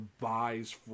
buys